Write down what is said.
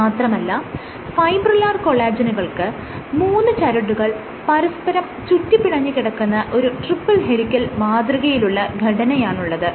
മാത്രമല്ല ഫൈബ്രിലാർ കൊളാജെനുകൾക്ക് മൂന്ന് ചരടുകൾ പരസ്പരം ചുറ്റിപ്പിണഞ്ഞ് കിടക്കുന്ന ഒരു ട്രിപ്പിൾ ഹെലികൽ മാതൃകയിലുള്ള ഘടനയാണുള്ളത്